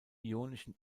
ionischen